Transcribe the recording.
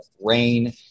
rain